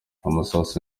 amasasu